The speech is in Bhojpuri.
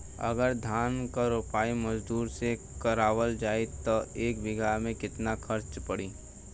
अगर धान क रोपाई मजदूर से करावल जाई त एक बिघा में कितना खर्च पड़ी?